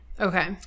Okay